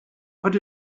put